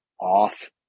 off